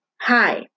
hi